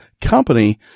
company